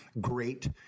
great